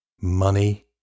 money